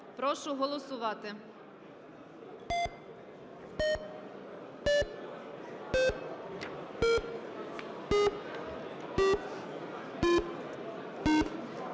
Прошу голосувати.